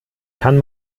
kann